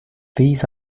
these